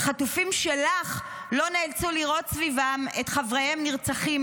החטופים שלך לא נאלצו לראות סביבם את חבריהם נרצחים,